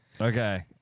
Okay